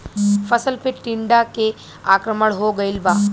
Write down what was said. फसल पे टीडा के आक्रमण हो गइल बा?